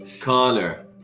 Connor